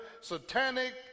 satanic